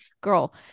girl